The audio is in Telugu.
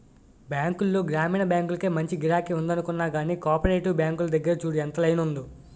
బాంకుల్లో గ్రామీణ బాంకులకే మంచి గిరాకి ఉందనుకున్నా గానీ, కోపరేటివ్ బాంకుల దగ్గర చూడు ఎంత లైనుందో?